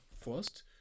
First